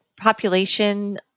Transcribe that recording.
population